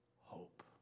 hope